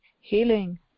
healing